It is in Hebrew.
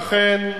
ואכן,